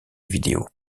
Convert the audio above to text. vidéo